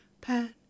pat